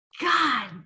God